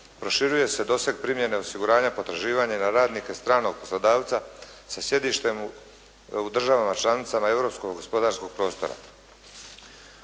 Proširuje se doseg primjene osiguranja potraživanja na radnike stranog poslodavca sa sjedištem u državama članicama europskog gospodarskog prostora.